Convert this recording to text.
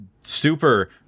Super